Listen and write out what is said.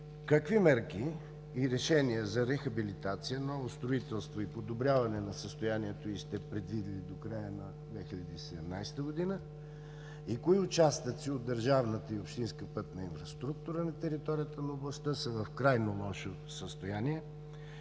какви мерки и решения за рехабилитация, ново строителство и подобряване на състоянието й сте предвидили до края на 2017 г.? Кои участъци от държавната и общинска пътна инфраструктура на територията на областта са в крайно лошо състояние